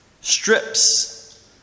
strips